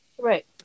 right